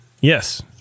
Yes